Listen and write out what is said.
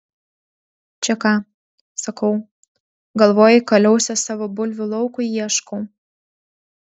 čia ką sakau galvojai kaliausės savo bulvių laukui ieškau